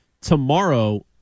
Tomorrow